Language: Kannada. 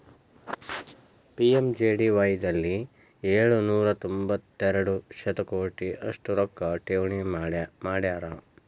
ಪಿ.ಎಮ್.ಜೆ.ಡಿ.ವಾಯ್ ದಲ್ಲಿ ಏಳು ನೂರ ತೊಂಬತ್ತೆರಡು ಶತಕೋಟಿ ಅಷ್ಟು ರೊಕ್ಕ ಠೇವಣಿ ಮಾಡ್ಯಾರ